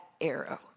arrow